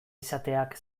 izateak